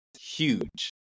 huge